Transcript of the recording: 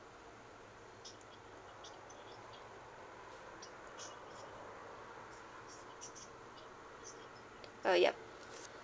uh yup